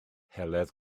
heledd